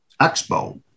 expo